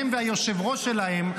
הם והיושב-ראש שלהם,